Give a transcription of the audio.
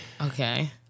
Okay